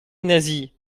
nasie